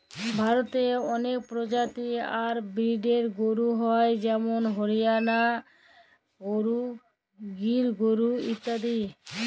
ভারতে অলেক পরজাতি আর ব্রিডের গরু হ্য় যেমল হরিয়ালা গরু, গির গরু ইত্যাদি